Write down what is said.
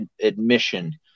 admission